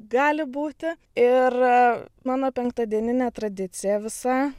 gali būti ir mano penktadieninė tradicija visa